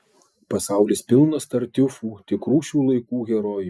pasaulis pilnas tartiufų tikrų šių laikų herojų